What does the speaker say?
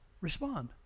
respond